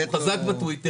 הוא חזק בטוויטר,